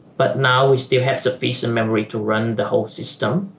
but now we still have sufficient memory to run the whole system